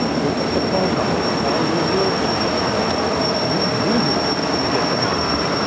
look up the phone number, call your realtor to get the phone number, use google to get the phone number.